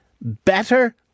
better